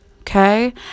okay